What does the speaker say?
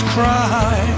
cry